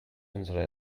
unsere